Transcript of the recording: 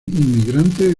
inmigrantes